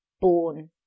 born